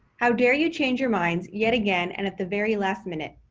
how dare you change your minds yet again and at the very last minute?